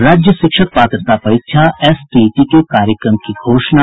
और राज्य शिक्षक पात्रता परीक्षा एसटीईटी के कार्यक्रम की घोषणा